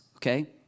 Okay